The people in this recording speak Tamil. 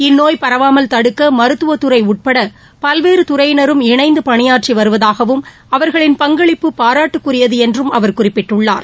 இந்நோய் பரவாமல் தடுக்க மருத்துவத்துறை உட்பட பல்வேறு துறையினரும் இணைந்து பணியாற்றி வருவதாகவும் அவர்களின் பங்களிப்பு பாராட்டுக்குரியது என்றும் அவர் குறிப்பிட்டுள்ளார்